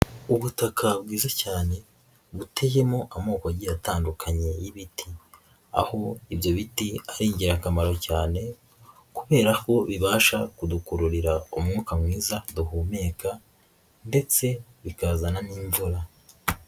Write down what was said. Ubutaka bwiza cyane buteyemo amoko agiye atandukanye y'ibiti, aho ibyo biti ari ingirakamaro cyane kubera ko bibasha kudukururira umwuka mwiza duhumeka ndetse bikazana n'imvura.